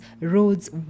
roads